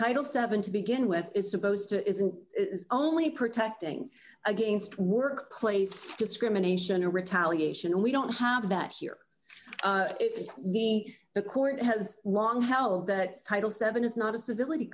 title seven to begin with is supposed to isn't only protecting against workplace discrimination or retaliation we don't have that here if we the court has long held that title seven is not a civility